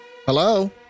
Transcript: Hello